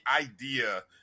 idea